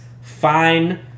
fine